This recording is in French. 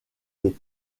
les